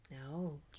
No